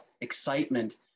excitement